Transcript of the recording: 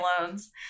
loans